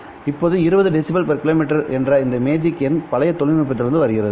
இப்போது 20 dB km என்ற இந்த மேஜிக் எண் பழைய தொழில்நுட்பத்திலிருந்து வருகிறது